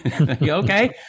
Okay